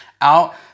out